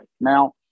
Now